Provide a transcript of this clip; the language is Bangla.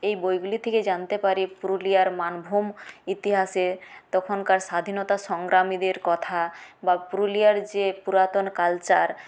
এই বইগুলি থেকে জানতে পারি পুরুলিয়ার মানভূম ইতিহাসে তখনকার স্বাধীনতা সংগ্রামীদের কথা বা পুরুলিয়ার যে পুরাতন কালচার